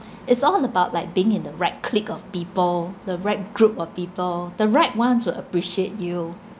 it's all about like being in the right clique of people the right group of people the right ones will appreciate you